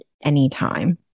anytime